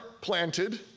planted